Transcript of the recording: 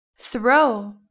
throw